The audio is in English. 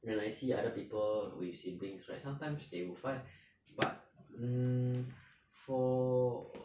when I see other people with siblings right sometimes they will fight but um for